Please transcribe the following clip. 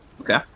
Okay